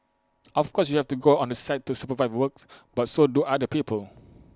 of course you have to go on site to supervise work but so do other people